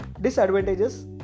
disadvantages